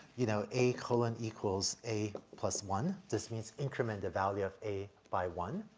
you know, a colon equals a plus one. this means increment the value of a by one.